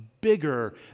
bigger